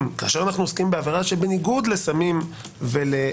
כאשר אנו עוסקים בעבירה שבניגוד לסמים ולנשק,